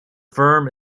firm